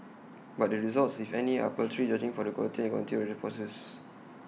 but the results if any are paltry judging from the quality and quantity of the responses